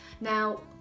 Now